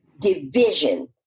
division